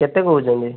କେତେ କହୁଛନ୍ତି